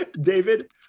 David